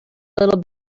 little